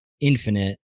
infinite